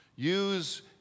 Use